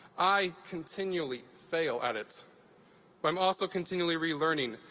i continually fail at it. but i'm also continually relearning,